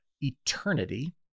eternity